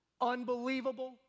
unbelievable